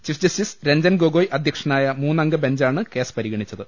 chief justice Ranjan Gogoi അധ്യക്ഷനായ മൂന്നംഗ ബെഞ്ചാണ് കേസ് പരിഗണിച്ചത്